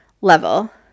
level